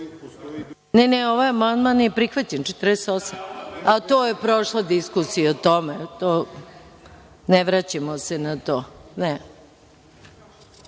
Ne, ne ovaj amandman je prihvaćen 48.A to je prošla diskusija o tome, ne vraćamo se na to. Na